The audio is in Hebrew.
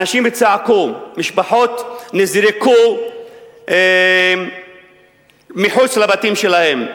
אנשים צעקו, משפחות נזרקו אל מחוץ לבתים שלהן.